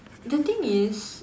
the thing is